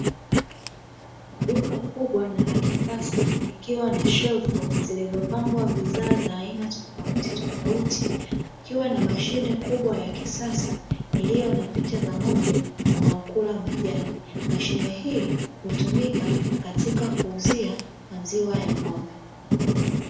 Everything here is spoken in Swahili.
Duka kubwa na la kisasa likiwa na shelfu zilizopangwa bidhaa za aina tofautitofauti, kukiwa na mashine kubwa ya kisasa iliyo na picha za ng'ombe wanaokula majani. Mashine hii hutumika katika kuuzia maziwa ya ng'ombe.